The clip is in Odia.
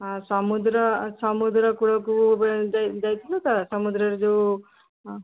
ହଁ ସମୁଦ୍ର ସମୁଦ୍ର କୂଳକୁ ଯାଇଥିଲୁ ତ ସମୁଦ୍ରରେ ଯୋଉ